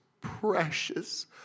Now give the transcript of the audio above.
precious